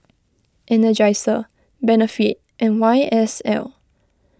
Energizer Benefit and Y S L